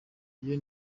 iyo